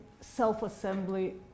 self-assembly